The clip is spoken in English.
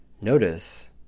Notice